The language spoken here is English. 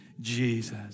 Jesus